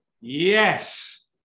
Yes